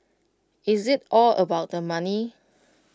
is IT all about the money